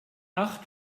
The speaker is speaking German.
acht